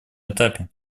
этапе